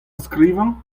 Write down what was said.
skrivañ